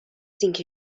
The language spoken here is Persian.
اینکه